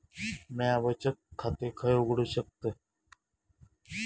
म्या बचत खाते खय उघडू शकतय?